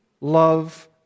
love